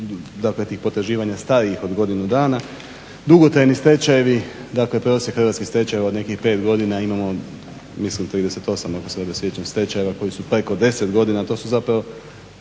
Puno je potraživanja starijih od godinu dana. Dugotrajni stečajevi dakle prosjek hrvatskih stečajeva u nekih 5 godina imamo mislim 38 ako se ovdje sjećam stečajeva koji su preko 10 godina to su zapravo